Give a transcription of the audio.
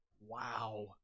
Wow